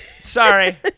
Sorry